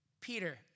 Peter